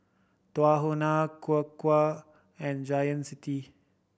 Tahuna and Gain City